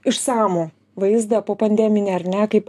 išsamų vaizdą po pandeminį ar ne kaip